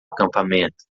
acampamento